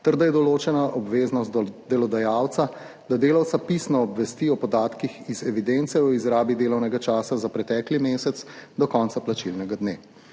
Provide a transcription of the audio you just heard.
da je določena obveznost delodajalca, da delavca pisno obvesti o podatkih iz evidence o izrabi delovnega časa za pretekli mesec do konca plačilnega dne.